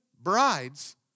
brides